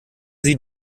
sie